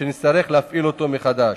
נצטרך להפעיל אותו מחדש.